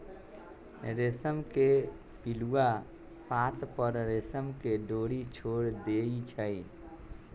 रेशम के पिलुआ पात पर रेशम के डोरी छोर देई छै